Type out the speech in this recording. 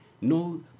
No